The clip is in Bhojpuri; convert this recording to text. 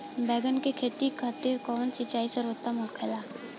बैगन के खेती खातिर कवन सिचाई सर्वोतम होखेला?